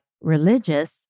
religious